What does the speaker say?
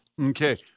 Okay